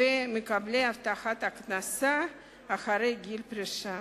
ומקבלי הבטחת הכנסה אחרי גיל פרישה).